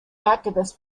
activist